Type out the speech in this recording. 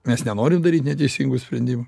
mes nenorim daryt neteisingų sprendimų